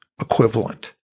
equivalent